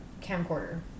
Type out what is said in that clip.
camcorder